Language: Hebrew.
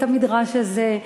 את המדרש הזה,